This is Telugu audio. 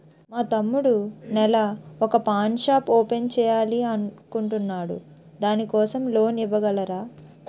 మా తమ్ముడు నెల వొక పాన్ షాప్ ఓపెన్ చేయాలి అనుకుంటునాడు దాని కోసం లోన్ ఇవగలరా?